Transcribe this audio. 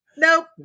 Nope